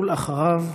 ואחריו,